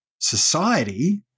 society